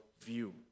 view